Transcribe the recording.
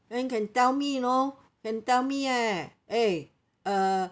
then can tell me you know can tell me eh eh uh